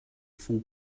fool